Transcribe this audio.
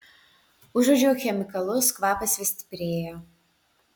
užuodžiau chemikalus kvapas vis stiprėjo